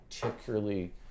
particularly